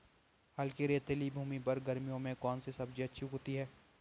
हल्की रेतीली भूमि पर गर्मियों में कौन सी सब्जी अच्छी उगती है?